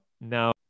now